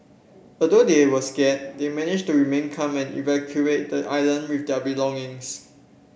although they were scared they managed to remain calm and evacuate the island with their belongings